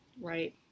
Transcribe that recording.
Right